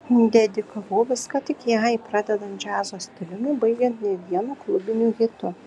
dedikavau viską tik jai pradedant džiazo stiliumi baigiant ne vienu klubiniu hitu